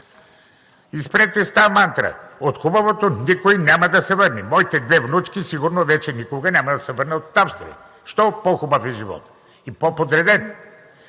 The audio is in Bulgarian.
И спрете с тази мантра. От хубавото никой няма да се върне. Моите две внучки сигурно вече никога няма да се върнат от Австрия. Защо? Защото е по-хубав животът и по-подреден.